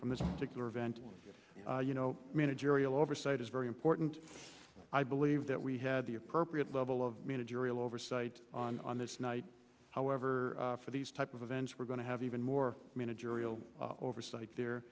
event you know managerial oversight is very important i believe that we had the appropriate level of managerial oversight on this night however for these type of events we're going to have even more managerial oversight there